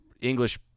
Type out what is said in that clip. English